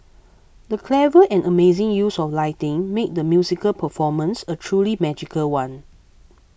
the clever and amazing use of lighting made the musical performance a truly magical one